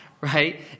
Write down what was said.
Right